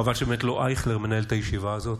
חבל שבאמת לא אייכלר מנהל את הישיבה הזאת.